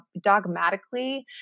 dogmatically